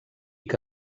que